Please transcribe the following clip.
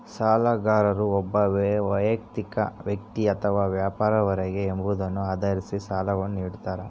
ಸಾಲಗಾರರು ಒಬ್ಬ ವೈಯಕ್ತಿಕ ವ್ಯಕ್ತಿ ಅಥವಾ ವ್ಯಾಪಾರವೇ ಎಂಬುದನ್ನು ಆಧರಿಸಿ ಸಾಲಗಳನ್ನುನಿಡ್ತಾರ